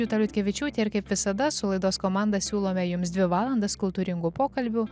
juta liutkevičiūtė ir kaip visada su laidos komanda siūlome jums dvi valandas kultūringų pokalbių